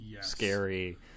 scary